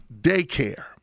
Daycare